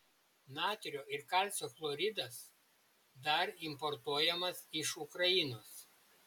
natrio ir kalcio chloridas dar importuojamas iš ukrainos